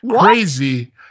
crazy